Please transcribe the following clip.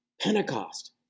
Pentecost